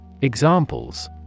Examples